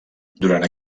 durant